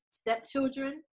stepchildren